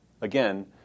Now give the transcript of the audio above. Again